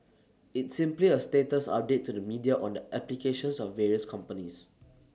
it's simply A status update to the media on the applications of various companies